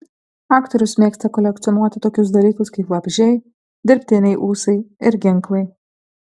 aktorius mėgsta kolekcionuoti tokius dalykus kaip vabzdžiai dirbtiniai ūsai ir ginklai